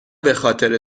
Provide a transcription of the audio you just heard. بخاطر